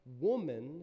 Woman